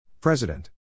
President